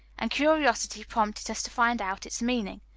and curiosity prompted us to find out its meaning.